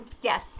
Yes